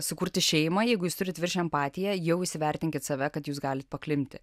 sukurti šeimą jeigu jūs turit virš empatiją jau įsivertinkit save kad jūs galite paklimti